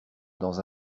dans